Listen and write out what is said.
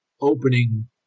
opening